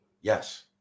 Yes